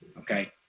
okay